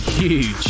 Huge